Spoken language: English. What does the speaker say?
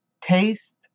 taste